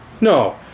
No